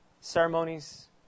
ceremonies